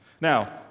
Now